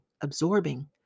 absorbing